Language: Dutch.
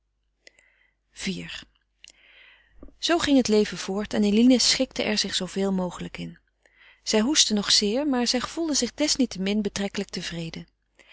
iv zoo ging het leven voort en eline schikte er zich zooveel mogelijk in zij hoestte nog zeer maar zij gevoelde zich desniettemin betrekkelijk tevreden